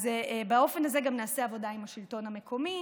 אז באופן הזה גם נעשה עבודה עם השלטון המקומי.